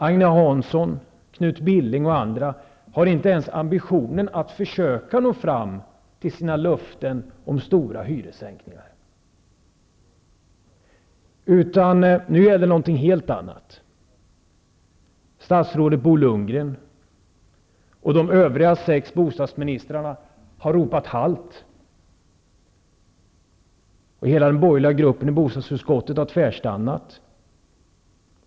Agne Hansson, Knut Billing och andra har inte ens ambitionen att försöka nå fram till sina löften om stora hyressänkningar, utan nu gäller någonting helt annat. Statsrådet Bo Lundgren och de övriga sex bostadsministrarna har ropat halt, och hela den borgerliga gruppen i bostadsutskottet har tvärstannat.